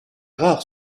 rare